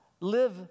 Live